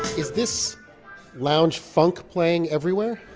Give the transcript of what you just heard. is this lounge funk playing everywhere?